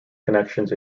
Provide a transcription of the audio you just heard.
connections